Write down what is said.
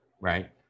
right